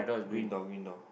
green door green door